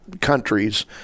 countries